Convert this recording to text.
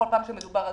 במיוחד כשמדובר בתקציב.